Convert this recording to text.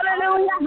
hallelujah